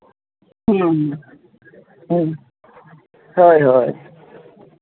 ᱦᱮᱸ ᱦᱮᱸ ᱦᱳᱭ ᱦᱳᱭ